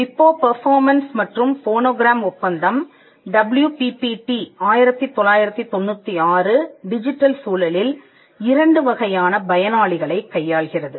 விபோ performance மற்றும் phonogram ஒப்பந்தம் WPPT 1996 digital சூழலில் இரண்டு வகையான பயனாளிகளைக் கையாள்கிறது